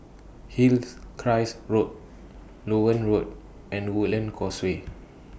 Hills Crest Road Loewen Road and Woodlands Causeway